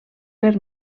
per